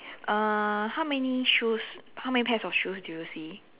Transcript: uh how many shoes how many pairs of shoes do you see